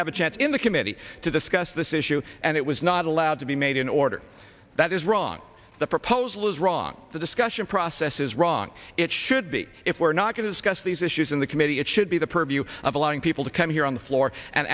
have a chance in the committee to discuss this issue and it was not allowed to be made in order that is wrong the proposal is wrong the discussion process is wrong it should be if we're not going to discuss these issues in the committee it should be the purview of allowing people to come here on the floor and